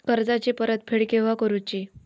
कर्जाची परत फेड केव्हा करुची?